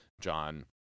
John